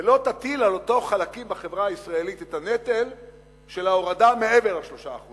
ולא תטיל על אותם חלקים בחברה הישראלית את הנטל של ההורדה מעבר ל-3%,